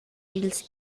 dils